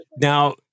now